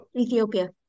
Ethiopia